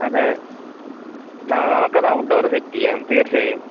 അത് ന നമുക്ക് അത് ഔട്ട്ഡോർ സെറ്റ് ചെയ്യാം തീർച്ചയായും